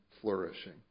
flourishing